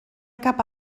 cap